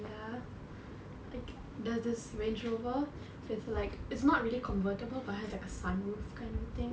ya like there's this range rover it's like it's not really convertible but it has like a sun roof kind of thing ya